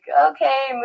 okay